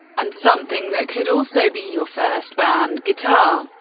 and something that could also be your first band guitar.